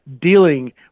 dealing